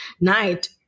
night